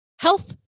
health